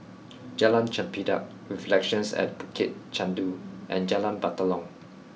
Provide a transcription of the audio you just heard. Jalan Chempedak Reflections at Bukit Chandu and Jalan Batalong